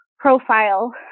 profile